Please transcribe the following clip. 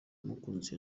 mukunzi